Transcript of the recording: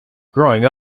growing